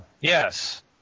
yes